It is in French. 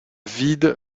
vide